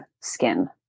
skin